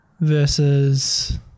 versus